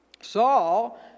Saul